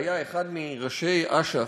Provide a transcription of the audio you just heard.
שהיה אחד מראשי "אשף",